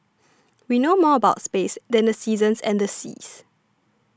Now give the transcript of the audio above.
we know more about space than the seasons and the seas